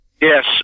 Yes